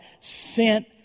sent